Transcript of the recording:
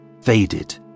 faded